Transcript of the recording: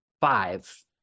Five